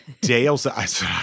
Dale's